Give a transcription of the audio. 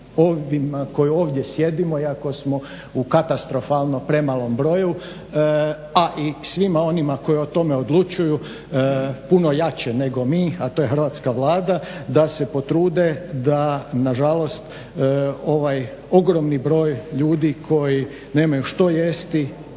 koji ovdje sjedimo, iako smo u katastrofalno premalom broju, a i svima onima koji o tome odlučuju puno jače nego mi, a to je Hrvatska vlada da se potrude da nažalost ovaj ogromni broj ljudi koji nemaju što jesti,